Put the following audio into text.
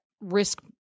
risk